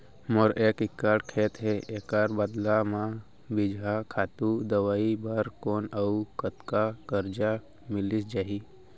मोर एक एक्कड़ खेत हे, एखर बदला म बीजहा, खातू, दवई बर कोन अऊ कतका करजा मिलिस जाही?